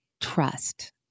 trust